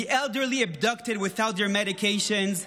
the elderly abducted without their medications.